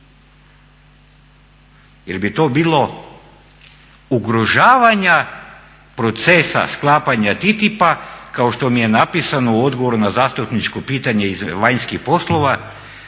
Jer bi to bilo ugrožavanja procesa sklapanja TTIP-a kao što mi je napisano u odgovoru na zastupničko pitanje iz vanjskih poslova,